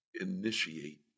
initiate